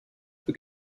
for